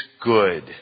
good